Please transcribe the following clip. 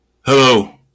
Hello